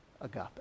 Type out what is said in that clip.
agape